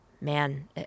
man